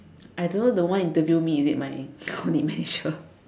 I don't know the one interview me is it my audit manager